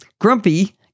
Grumpy